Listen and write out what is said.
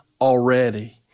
already